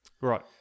right